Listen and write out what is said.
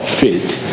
faith